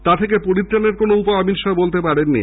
তা থেকে পরিত্রাণের কোন উপায় অমিত শাহ্ বলতে পারেননি